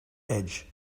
edge